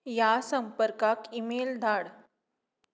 ह्या संपर्काक email धाड